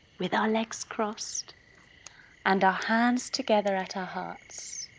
with our legs crossed and our hands together at our hearts.